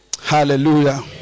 Hallelujah